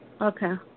Okay